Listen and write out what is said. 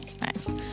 Nice